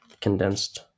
condensed